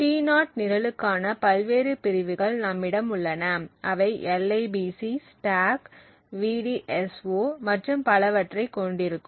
T0 நிரலுக்கான பல்வேறு பிரிவுகள் நம்மிடம் உள்ளன அவை libc stack vdso மற்றும் பலவற்றைக் கொண்டிருக்கும்